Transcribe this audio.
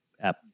app